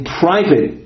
private